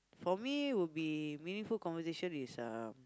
for me would be meaningful conversation is uh